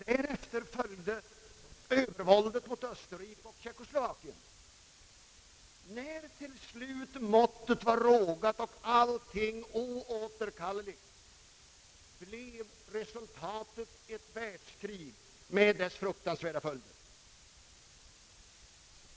Därefter följde övervåldet mot Österrike och Tjeckoslovakien. När till slut måttet var rågat och allting var oåterkalleligt följde ett världskrig med dess fruktansvärda följder.